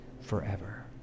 forever